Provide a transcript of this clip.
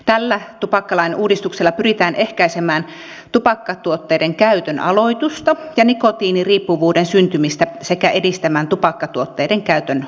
tällä tupakkalain uudistuksella pyritään ehkäisemään tupakkatuotteiden käytön aloitusta ja nikotiinin riippuvuuden syntymistä sekä edistämään tupakkatuotteiden käytön lopettamista